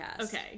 Okay